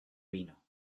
vino